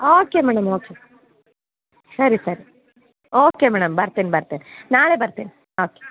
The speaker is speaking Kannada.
ಓಕೆ ಮೇಡಮ್ ಓಕೆ ಸರಿ ಸರಿ ಓಕೆ ಮೇಡಮ್ ಬರ್ತಿನಿ ಬರ್ತಿನಿ ನಾಳೆ ಬರ್ತಿನಿ ಓಕೆ